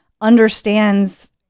understands